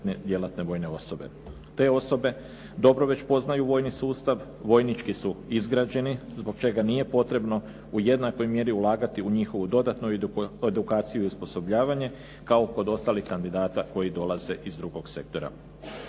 Te osobe dobro već poznaju vojni sustav, vojnički su izgrađeni, zbog čega nije potrebno u jednakoj mjeri ulagati u njihovu dodatnu edukaciju i osposobljavanje kao kod ostalih kandidata koji dolaze iz drugog sektora.